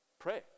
Pray